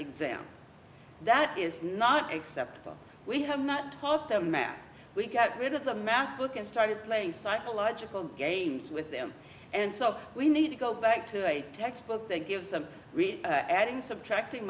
exam that is not acceptable we have not taught them math we got rid of the math book and started playing psychological games with them and so we need to go back to a textbook that gives a real adding subtracting